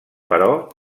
però